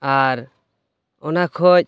ᱟᱨ ᱚᱱᱟ ᱠᱷᱚᱱ